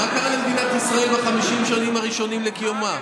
מה קרה למדינת ישראל ב-50 השנים הראשונות לקיומה?